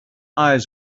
eyes